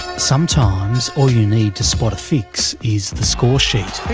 sometimes all you need to spot a fix is the score sheet.